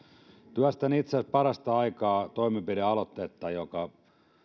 työstän itse parasta aikaa toimenpidealoitetta joka